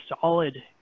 solid